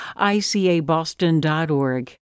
icaboston.org